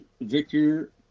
Victor